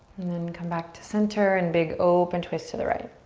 and then come back to center and big open twist to the right.